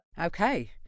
okay